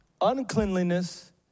uncleanliness